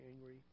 angry